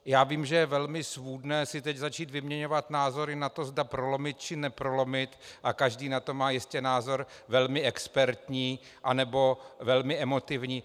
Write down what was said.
Já vím, že je velmi svůdné si teď začít vyměňovat názory na to, zda prolomit, či neprolomit, a každý na to má jistě názor velmi expertní, anebo velmi emotivní.